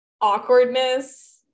awkwardness